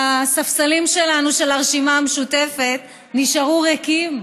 הספסלים של הרשימה המשותפת נשארו ריקים,